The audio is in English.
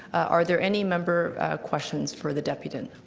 are there any member questions for the deputant?